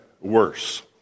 worse